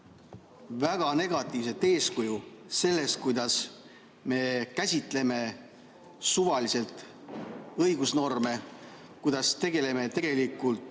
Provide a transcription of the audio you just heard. väga negatiivset eeskuju selles, kuidas me käsitleme suvaliselt õigusnorme, kuidas me tegelikult